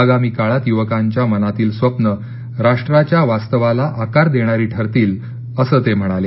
आगामी काळात यूवकांच्या मनातील स्वप्न राष्ट्राच्या वास्तवाला आकार देणारी ठरतील अस ते म्हणाले